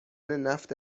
نفت